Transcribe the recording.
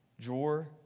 drawer